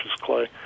Clay